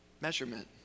measurement